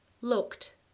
Looked